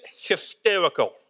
hysterical